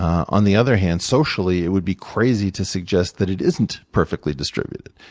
on the other hand, socially, it would be crazy to suggest that it isn't perfectly distributed.